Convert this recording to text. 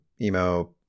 emo